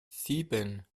sieben